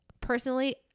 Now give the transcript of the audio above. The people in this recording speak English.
personally